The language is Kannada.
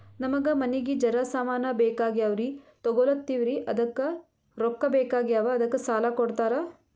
ನಮಗ ಮನಿಗಿ ಜರ ಸಾಮಾನ ಬೇಕಾಗ್ಯಾವ್ರೀ ತೊಗೊಲತ್ತೀವ್ರಿ ಅದಕ್ಕ ರೊಕ್ಕ ಬೆಕಾಗ್ಯಾವ ಅದಕ್ಕ ಸಾಲ ಕೊಡ್ತಾರ?